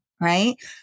right